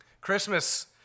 Christmas